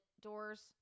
doors